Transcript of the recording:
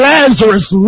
Lazarus